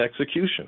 execution